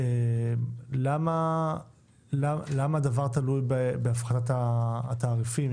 למה הדבר תלוי בהפחתת התעריפים?